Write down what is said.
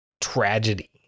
tragedy